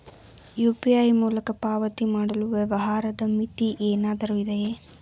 UPI ಮೂಲಕ ಪಾವತಿ ಮಾಡಲು ವ್ಯವಹಾರದ ಮಿತಿ ಏನಾದರೂ ಇದೆಯೇ?